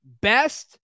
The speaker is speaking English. best